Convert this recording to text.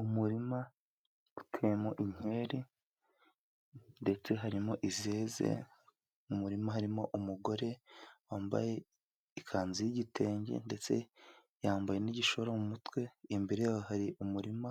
Umurima uteyemo inkeri ndetse harimo izeze. Mu umurima harimo umugore wambaye ikanzu y'igitenge, ndetse yambaye n'igishora mu mutwe. Imbere yaho hari umurima